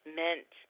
meant